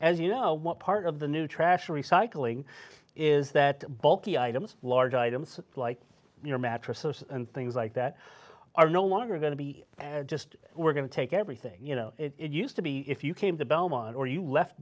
as you know what part of the new trash recycling is that bulky items large items like you know mattresses and things like that are no longer going to be just we're going to take everything you know it used to be if you came to belmont or you left